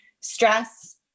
stress